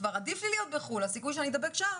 עדיף לי להיות בחו"ל כי הסיכוי שאני אדבק שם,